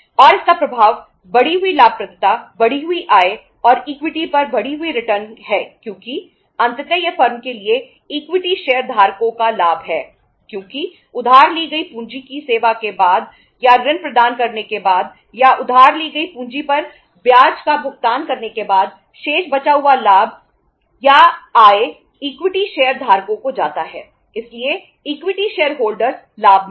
और इसका प्रभाव बढ़ी हुई लाभप्रदता बढ़ी हुई आय और इक्विटी लाभ में हैं